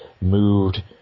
moved